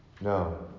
No